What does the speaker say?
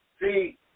See